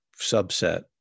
subset